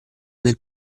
del